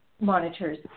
monitors